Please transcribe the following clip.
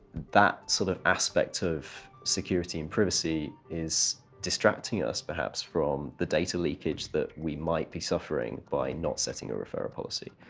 that sort of aspect of security and privacy is distracting us perhaps, from the data leakage that we might be suffering by not setting a referral policy.